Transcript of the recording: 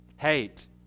Hate